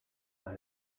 know